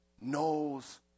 knows